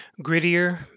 grittier